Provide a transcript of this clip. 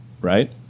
right